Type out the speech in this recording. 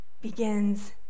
begins